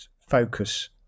focus